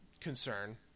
concern